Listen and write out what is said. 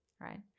right